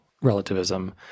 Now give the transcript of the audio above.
relativism